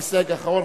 המסתייג האחרון,